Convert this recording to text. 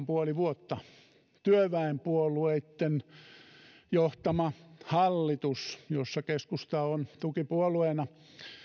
puoli vuotta työväenpuolueitten johtama hallitus jossa keskusta on tukipuolueena